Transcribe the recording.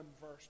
verse